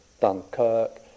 Dunkirk